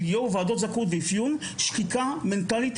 יו"ר ועדות זכאות ואפיון שחיקה מנטלית,